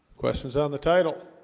questions on the title